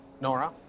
Nora